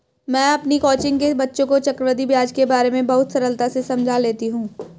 मैं अपनी कोचिंग के बच्चों को चक्रवृद्धि ब्याज के बारे में बहुत सरलता से समझा लेती हूं